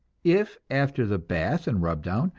if, after the bath and rub-down,